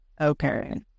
Okay